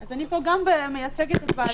אז אני מייצגת גם את בעלי